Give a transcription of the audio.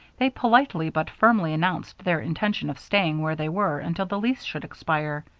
they politely but firmly announced their intention of staying where they were until the lease should expire.